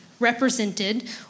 Represented